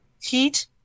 heat